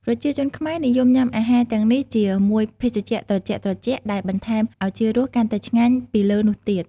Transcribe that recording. ប្រជាជនខ្មែរ និយមញុាំអាហារទាំងនេះជាមួយភេសជ្ជៈត្រជាក់ៗ ដែលបន្ថែមឱជារសកាន់តែឆ្ងាញ់ពីលើនោះទៀត។